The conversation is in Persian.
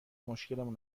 مشکلمون